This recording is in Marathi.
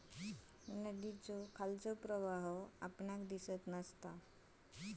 नदीच्या खालचो प्रवाह आपल्याक दिसत नसता